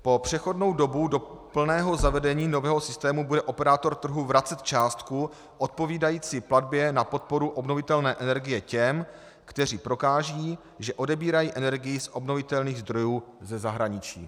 Po přechodnou dobu do plného zavedení nového systému bude operátor trhu vracet částku odpovídající platbě na podporu obnovitelné energie těm, kteří prokážou, že odebírají energii z obnovitelných zdrojů ze zahraničí.